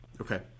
Okay